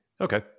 Okay